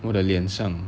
我的脸上